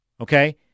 Okay